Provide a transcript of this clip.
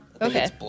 Okay